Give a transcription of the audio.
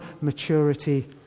maturity